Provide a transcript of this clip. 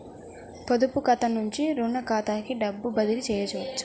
పొదుపు ఖాతా నుండీ, రుణ ఖాతాకి డబ్బు బదిలీ చేయవచ్చా?